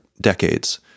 decades